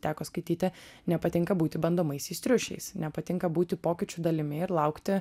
teko skaityti nepatinka būti bandomaisiais triušiais nepatinka būti pokyčių dalimi ir laukti